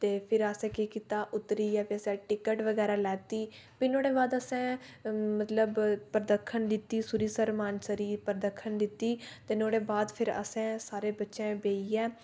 ते फिर असें केह् कीता उतरियै ते फिर असें टिकट बगैरा लैती फिर नुआढ़े बाद असें मतलब परदक्खन दित्ती सरूइंसर मानसर गी परदक्खन दित्ती ते नुआढ़े बाद फिर असें सारें बच्चें बेहियै